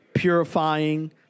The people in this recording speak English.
purifying